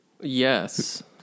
Yes